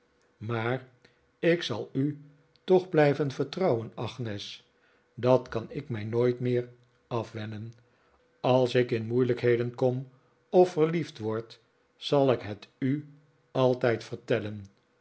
maar ik zal u toch blijven vertrouwen agnes dat kan ik mij nooit meer afwennen als ik in moeilijkheden kom of verliefd word zal ik het u altijd vertellen